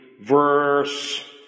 verse